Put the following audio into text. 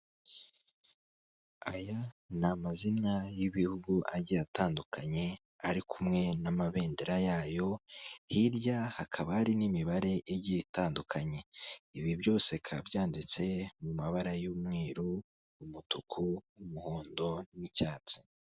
Aya ni amazina y'ibihugu agiye atandukanye ari kumwe n'amabendera yayo, hirya hakaba hari n'imibare igiye itandukanye ibi byose bikaba byanditse mu mabara y'umweru umutuku n'umuhondo n'icyatsi.